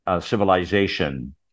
civilization